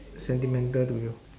sentimental to you